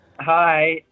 Hi